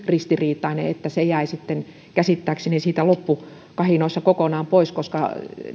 ristiriitainen että se jäi sitten käsittääkseni siitä loppukahinoissa kokonaan pois koska